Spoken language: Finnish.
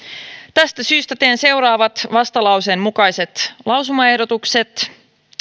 tästä syystä teen seuraavat vastalauseen mukaiset lausumaehdotukset